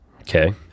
Okay